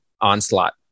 onslaught